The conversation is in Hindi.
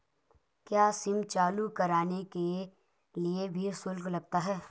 क्या सिम चालू कराने के लिए भी शुल्क लगता है?